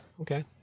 okay